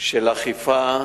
של אכיפה,